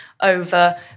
over